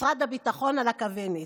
משרד הביטחון על הכוונת.